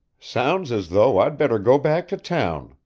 sounds as though i'd better go back to town,